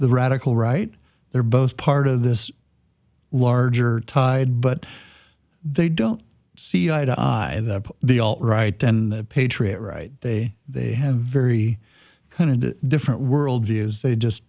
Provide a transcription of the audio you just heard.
the radical right they're both part of this larger tide but they don't see eye to eye that they all right and the patriot right they they have very kind of the different world views they just